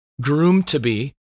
groom-to-be